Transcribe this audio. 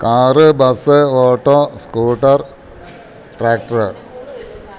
car bus auto scooter tractor